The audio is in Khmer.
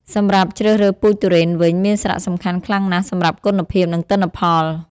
សម្រាប់ជ្រើសរើសពូជទុរេនវិញ មានសារៈសំខាន់ខ្លាំងណាស់សម្រាប់គុណភាព និងទិន្នផល។